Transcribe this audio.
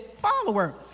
follower